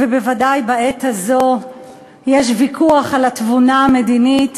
ובוודאי בעת הזאת יש ויכוח על התבונה המדינית